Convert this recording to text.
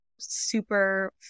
super